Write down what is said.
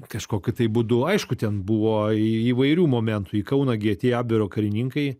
kažkokiu tai būdu aišku ten buvo įvairių momentų į kauną gi atėjo abero karininkai